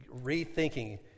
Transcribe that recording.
rethinking